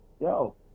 yo